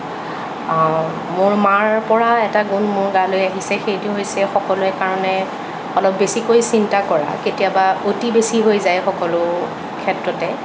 মোৰ মাৰ পৰা এটা গুণ মোৰ গালৈ আহিছে সেইটো হৈছে সকলোৰে কাৰণে অলপ বেছিকৈ চিন্তা কৰা কেতিয়াবা অতি বেছি হৈ যায় সকলো ক্ষেত্ৰতে